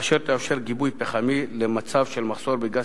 אשר תאפשר גיבוי פחמי למצב של מחסור בגז